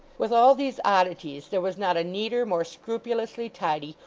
with all these oddities, there was not a neater, more scrupulously tidy,